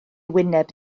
wyneb